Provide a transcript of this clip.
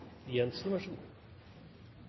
Jensen.